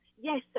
yes